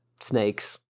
snakes